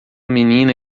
menina